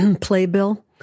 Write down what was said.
playbill